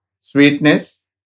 sweetness